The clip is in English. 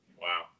Wow